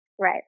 Right